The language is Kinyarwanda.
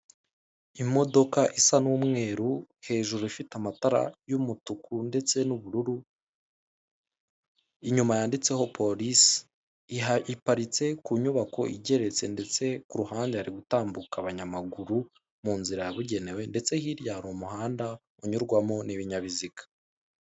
Imodoka isa n' umweru hejuru ifite amatara y' umutuku ndetse n' ubururu , inyuma yanditseho polise, iparitse kunyubako igeretse ndetse kuruhande hari gutambuka abanyamaguru , munzira yabugenewe ndetse hirya hari umuhanda unyurwamo n' ibinyabiziga.